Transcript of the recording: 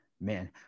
man